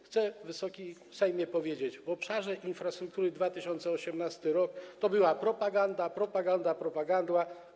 Chcę, Wysoki Sejmie, powiedzieć: w obszarze infrastruktury w 2018 r. to była propaganda, propaganda, propaganda.